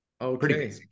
okay